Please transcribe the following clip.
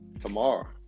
tomorrow